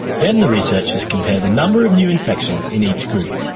then the researchers compare the number of new infections in each group.